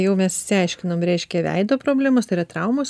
jau mes išsiaiškinom reiškia veido problemos tai yra traumos